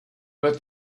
but